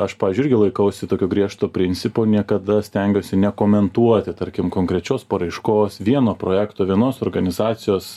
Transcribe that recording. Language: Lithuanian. aš pavyzdžiui irgi laikausi tokio griežto principo niekada stengiuosi nekomentuoti tarkim konkrečios paraiškos vieno projekto vienos organizacijos